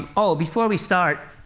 um oh, before we start,